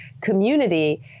community